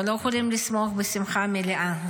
אנחנו לא יכולים לשמוח שמחה מלאה.